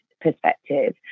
perspective